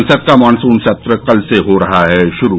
संसद का मॉनसून सत्र कल से हो रहा है शुरू